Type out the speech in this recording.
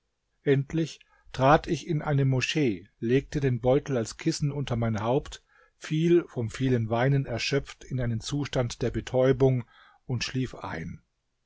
endlich trat ich in eine moschee legte den beutel als kissen unter mein haupt fiel vom vielen weinen erschöpft in einen zustand der betäubung und schlief ein